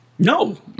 No